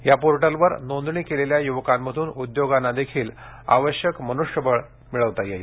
ह्या पोर्टलवर नोंदणी केलेल्या युवकांमधून उद्योगांनाही आवश्यक मनुष्यबळ मिळवता येईल